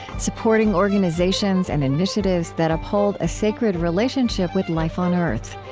supporting organizations and initiatives that uphold a sacred relationship with life on earth.